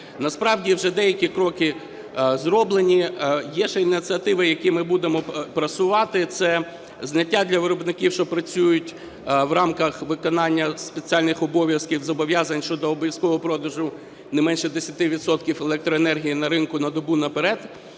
Насправді вже деякі кроки зроблені. Є ще ініціативи, які ми будемо просувати. Це зняття для виробників, що працюють у рамках виконання спеціальних обов'язків зобов'язань щодо обов'язкового продажу не менше 10 відсотків електроенергії на ринку "на добу наперед".